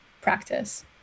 practice